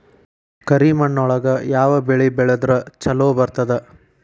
ಕರಿಮಣ್ಣೊಳಗ ಯಾವ ಬೆಳಿ ಬೆಳದ್ರ ಛಲೋ ಬರ್ತದ?